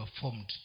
formed